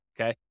okay